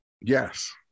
Yes